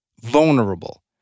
vulnerable